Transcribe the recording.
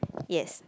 yes